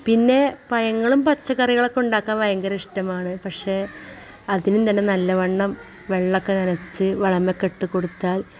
പിന്നെ പഴങ്ങളും പച്ചക്കറികളൊക്കെ ഉണ്ടാക്കാൻ ഭയങ്കര ഇഷ്ടമാണ് പക്ഷെ അതിനും തന്നെ നല്ലവണ്ണം വെള്ളമൊക്കെ നനച്ച് വളമൊക്കെ ഇട്ടു കൊടുത്താൽ